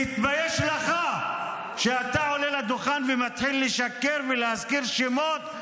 תתבייש לך שאתה עולה לדוכן ומתחיל לשקר ולהזכיר שמות,